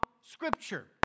Scripture